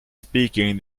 speaking